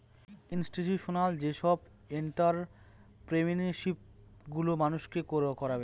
institutional যেসব entrepreneurship গুলো মানুষকে করাবে